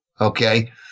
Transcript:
okay